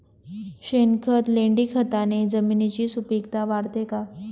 शेणखत, लेंडीखताने जमिनीची सुपिकता वाढते का?